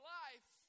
life